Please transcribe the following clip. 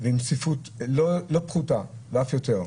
ועם צפיפות לא פחותה ואף יותר,